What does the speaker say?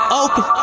open